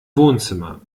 wohnzimmer